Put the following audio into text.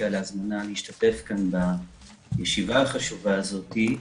על ההזמנה להשתתף בישיבה החשובה הזאת.